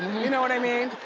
you know what i mean?